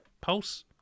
pulse